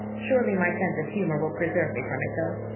surely my sense of humor will preserve me from it, though.